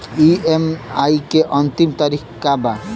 EMI के अंतिम तारीख का बा?